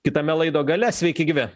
kitame laido gale sveiki gyvi